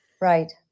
Right